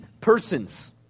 persons